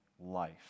life